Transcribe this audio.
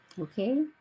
Okay